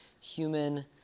human